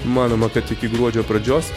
manoma kad iki gruodžio pradžios